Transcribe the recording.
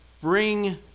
bring